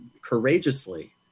courageously